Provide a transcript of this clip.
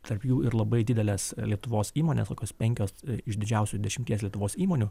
tarp jų ir labai dideles lietuvos įmones kokios penkios iš didžiausių dešimties lietuvos įmonių